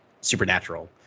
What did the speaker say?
supernatural